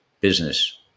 business